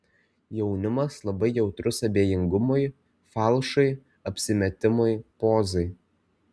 jaunimas labai jautrus abejingumui falšui apsimetimui pozai